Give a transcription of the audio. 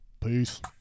Peace